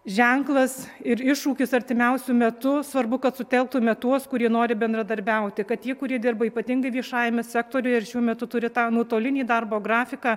ženklas ir iššūkis artimiausiu metu svarbu kad sutelktume tuos kurie nori bendradarbiauti kad tie kurie dirba ypatingai viešajame sektoriuje ir šiuo metu turi tą nuotolinį darbo grafiką